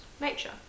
nature